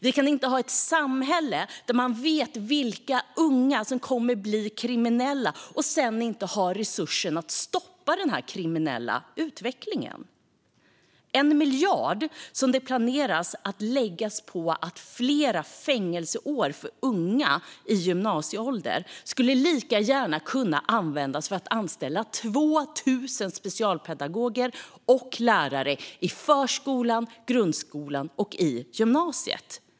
Vi kan inte ha ett samhälle där man vet vilka unga som kommer att bli kriminella och sedan inte har resurser för att stoppa den kriminella utvecklingen. Den miljard som planeras att läggas på fler fängelseår för unga i gymnasieåldern skulle lika gärna kunna användas för att anställa 2 000 specialpedagoger och lärare i förskolan, grundskolan och gymnasiet.